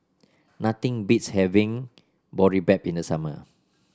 nothing beats having Boribap in the summer